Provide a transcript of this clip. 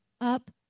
up